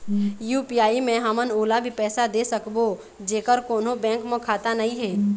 UPI मे हमन ओला भी पैसा दे सकबो जेकर कोन्हो बैंक म खाता नई हे?